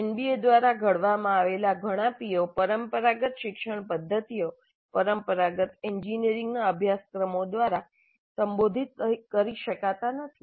NBA દ્વારા ઘડવામાં આવેલા ઘણા પીઓ પરંપરાગત શિક્ષણ પદ્ધતિઓ પરંપરાગત એન્જિનિયરિંગના અભ્યાસક્રમો દ્વારા સંબોધિત કરી શકાતા નથી